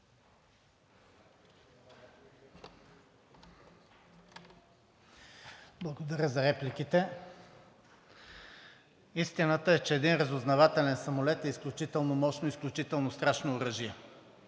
Благодаря за репликите. Истината е, че един разузнавателен самолет е изключително мощно, изключително страшно оръжие.